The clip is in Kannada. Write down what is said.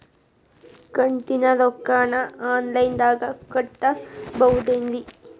ಕಂತಿನ ರೊಕ್ಕನ ಆನ್ಲೈನ್ ದಾಗ ಕಟ್ಟಬಹುದೇನ್ರಿ?